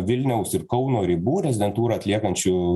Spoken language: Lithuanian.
vilniaus ir kauno ribų rezidentūrą atliekančių